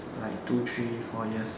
by like two three four years